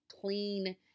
clean